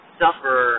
suffer